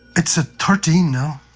it's at thirteen now,